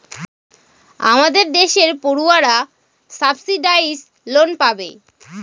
আমাদের দেশের পড়ুয়ারা সাবসিডাইস লোন পাবে